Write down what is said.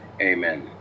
Amen